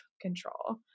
control